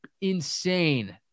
insane